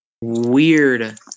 weird